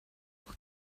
what